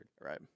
right